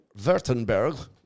Württemberg